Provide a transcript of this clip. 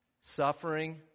suffering